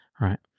right